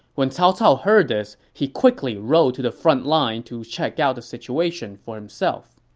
when cao cao heard this, he quickly rode to the front line to check out the situation for himself.